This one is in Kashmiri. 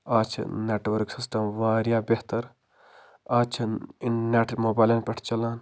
از چھِ نٮ۪ٹورک سِسٹم واریاہ بہتر از چھنہٕ اِن نٮ۪ٹ موبایِلَن پٮ۪ٹھ چلان